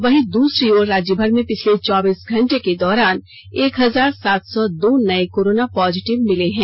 वहीं दूसरी ओर राज्यभर में पिछले चौबीस घंटे के दौरान एक हजार सात सौ दो नए कोरोना पॉजिटिव मिले हैं